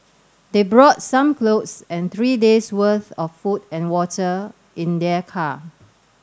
they brought some clothes and three days' worth of food and water in their car